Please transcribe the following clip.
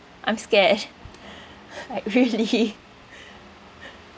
I'm scared like really